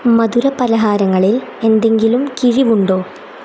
മധുരപലഹാരങ്ങളിൽ എന്തെങ്കിലും കിഴിവുണ്ടോ